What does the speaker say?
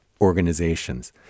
organizations